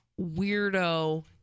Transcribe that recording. weirdo